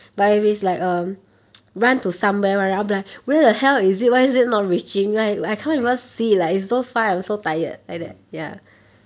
okay ah mm